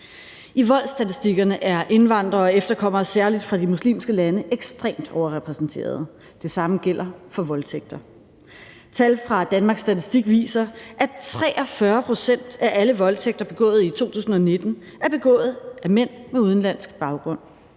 I voldsstatistikkerne er indvandrere og efterkommere, særlig fra de muslimske lande, ekstremt overrepræsenteret. Det samme gælder for voldtægter. Tal fra Danmarks Statistik viser, at 43 pct. af alle voldtægter begået i 2019 er begået af mænd med udenlandsk baggrund.